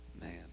Man